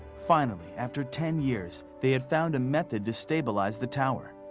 finally, after ten years, they had found a method to stabilize the tower.